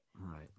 Right